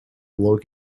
log